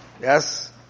Yes